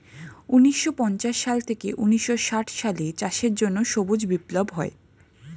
ঊন্নিশো পঞ্চাশ সাল থেকে ঊন্নিশো ষাট সালে চাষের জন্য সবুজ বিপ্লব হয়